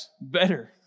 better